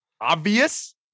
obvious